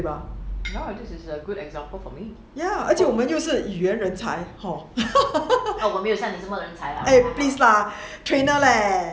对吧 ya 而且我们又是语言人才 hor eh please lah trainer eh